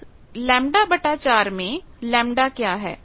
इस lλ 4 मे λ क्या है